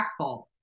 impactful